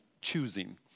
choosing